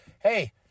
hey